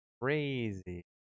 crazy